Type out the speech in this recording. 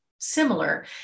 similar